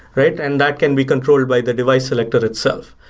right? and that can be controlled by the device selector itself.